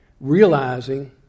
realizing